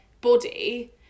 body